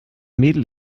mädel